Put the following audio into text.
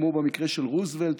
כמו במקרה של רוזוולט,